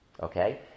Okay